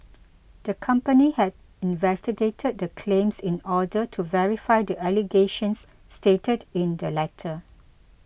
the company had investigated the claims in order to verify the allegations stated in the letter